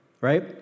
right